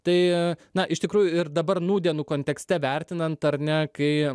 tai na iš tikrųjų ir dabar nūdienų kontekste vertinant ar ne kai